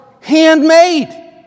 handmade